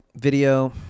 video